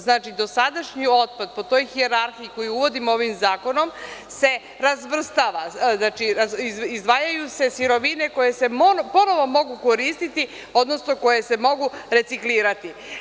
Znači, dosadašnji otpad po toj hijerarhiji koju uvodimo ovim zakonom se razvrstava, izdvajaju se sirovine koje se ponovo mogu koristiti, odnosno koje se mogu reciklirati.